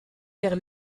vers